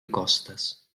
acostes